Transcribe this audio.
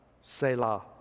Selah